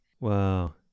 Wow